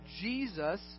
Jesus